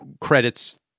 credits